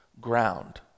ground